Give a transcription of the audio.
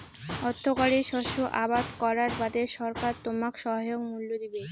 অর্থকরী শস্য আবাদ করার বাদে সরকার তোমাক সহায়ক মূল্য দিবে